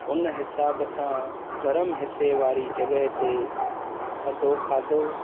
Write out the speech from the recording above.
उन हिसाब सां गरमु हिसे वारी जॻह ते थधो खाधो